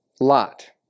Lot